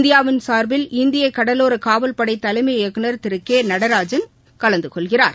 இந்தியாவின் சார்பில் இந்திய கடலோரக் காவல்படை தலைமை இயக்குநர் திரு கே நடராஜன் கலந்து கொள்கிறார்